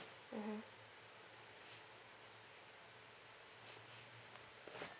mmhmm